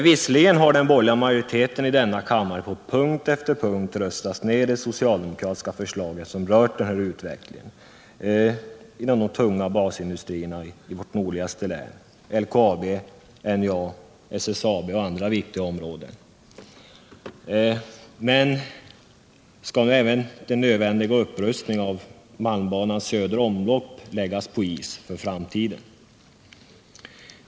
Visserligen har den borgerliga majoriteten i denna kammare på punkt efter punkt röstat ned de socialdemokratiska förslagen, som rört utvecklingen inom de tunga basindustrierna i vårt nordligaste län, LKAB, NJA-SSAB och andra viktiga områden. Men skall nu även den nödvändiga upprustningen av malmbanans ”södra omlopp” läggas på is för framtiden?